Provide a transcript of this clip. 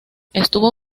estuvo